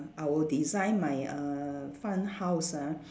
I will design my err fun house ah